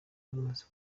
bamaze